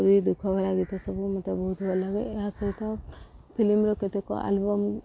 ଦୁଃଖ ଭରା ଗୀତ ସବୁ ମୋତେ ବହୁତ ଭଲ ଲାଗେ ଏହା ସହିତ ଫିଲ୍ମର କେତେକ ଆଲବମ୍